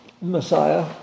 Messiah